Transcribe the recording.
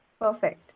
Perfect